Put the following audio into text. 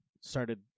started